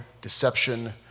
deception